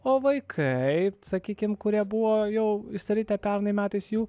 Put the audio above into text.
o vaikai sakykim kurie buvo jau išsiritę pernai metais jų